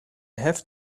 have